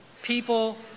People